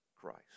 Christ